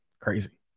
crazy